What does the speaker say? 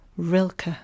Rilke